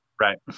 right